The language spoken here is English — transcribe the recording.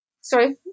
Sorry